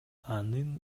анын